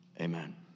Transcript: Amen